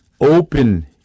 open